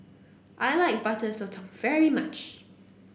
I like Butter Sotong very much